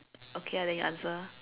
okay lah then you answer